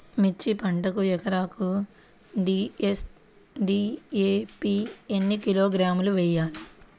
మిర్చి పంటకు ఎకరాకు డీ.ఏ.పీ ఎన్ని కిలోగ్రాములు వేయాలి?